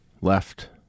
left